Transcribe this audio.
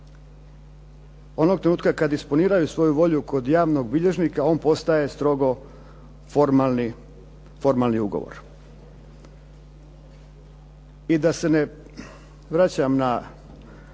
onog trenutka kada disponiraju svoju volju kod javnog bilježnika, on postaje strogo formalni, formalni ugovor. I da se ne vraćam na